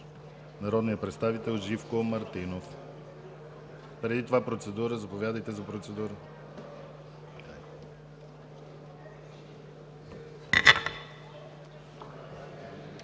народният представител Живко Мартинов. Преди това процедура. Заповядайте за процедура.